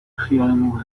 خیالمون